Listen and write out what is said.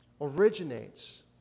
originates